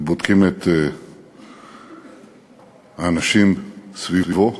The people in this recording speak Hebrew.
ובודקים את האנשים סביבו,